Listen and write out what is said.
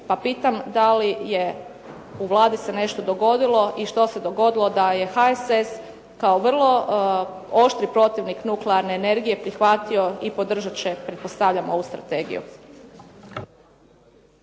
Pa pitam da li je u Vladi se nešto dogodilo i što se dogodilo da je HSS kao vrlo oštri protivnik nuklearne energije prihvatio i podržat će, pretpostavljam, ovu strategiju?